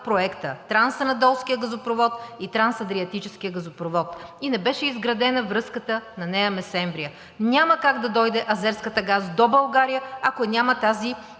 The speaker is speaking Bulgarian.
проекта – Трансанадолският газопровод и Трансадриатическият газопровод, и не беше изградена връзката на Нея Месемврия. Няма как да дойде азерският газ до България, ако ги няма тези